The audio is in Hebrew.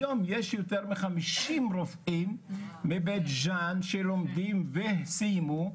היום יש יותר מ-50 רופאים מבית ז'אן שלומדים וסיימו.